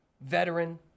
veteran